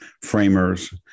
framers